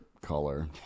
color